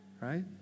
right